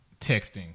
texting